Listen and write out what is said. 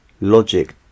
Logic